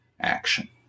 action